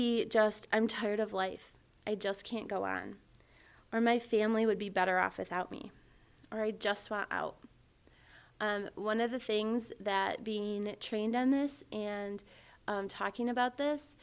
be just i'm tired of life i just can't go on or my family would be better off without me or i'd just walk out one of the things that being trained on this and talking about this